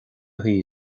shuí